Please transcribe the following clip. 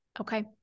Okay